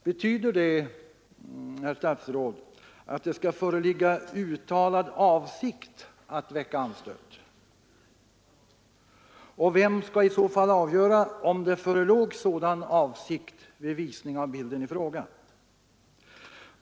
Betyder det, herr statsråd, att det skall föreligga uttalad avsikt att väcka anstöt? Och vem skall i så fall avgöra om det förelåg sådan avsikt vid visning av bilden i fråga?